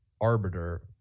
arbiter